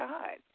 God